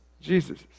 Jesus